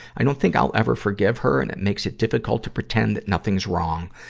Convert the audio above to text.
i don't think i'll ever forgive her and it makes it difficult to pretend that nothing's wrong.